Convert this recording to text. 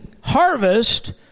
harvest